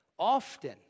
often